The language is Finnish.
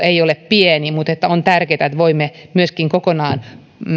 ei ole pieni mutta on tärkeää että voimme myöskin kokonaan